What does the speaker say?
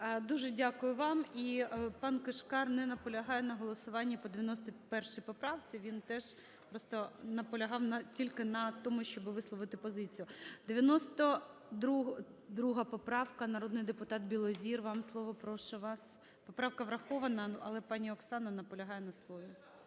Дуже дякую вам. І пан Кишкар не наполягає на голосуванні по 91 поправці. Він теж просто наполягав тільки на тому, щоб висловити позицію. 92 поправка, народний депутат Білозір. Вам слово, прошу вас. Поправка врахована, але пані Оксана наполягає на слові.